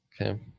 Okay